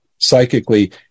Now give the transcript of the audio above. psychically